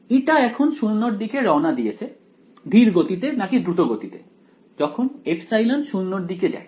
η এখন 0 এর দিকে রওনা দিয়েছে ধীরগতিতে নাকি দ্রুতগতিতে যখন ε 0 এর দিকে যায়